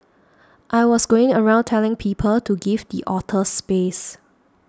I was going around telling people to give the otters space